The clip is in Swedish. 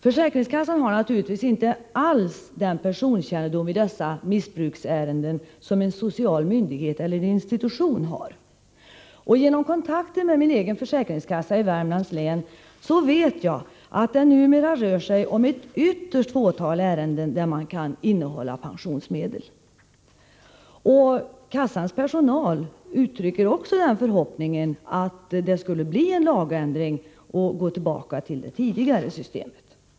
Försäkringskassan har naturligtvis inte alls den personkännedom i dessa missbruksärenden som en social myndighet eller institution har. Genom kontakter med min egen försäkringskassa i Värmlands län vet jag att det numera rör sig om ett ytterst litet fåtal ärenden där man kan innehålla pensionsmedel. Kassans personal uttrycker också förhoppningen att det blir en lagändring och tillbakagång till tidigare system.